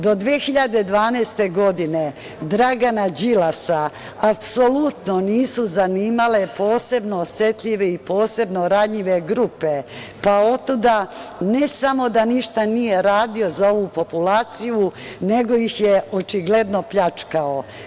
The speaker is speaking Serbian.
Do 2012. godine Dragana Đilasa apsolutno nisu zanimale posebno osetljive i posebno ranjive grupe, pa otuda ne samo da ništa nije radio za ovu populaciju, nego ih je očigledno pljačkao.